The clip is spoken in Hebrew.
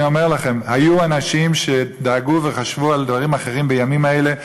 אני אומר לכם: היו אנשים שדאגו וחשבו על דברים אחרים בימים האלה.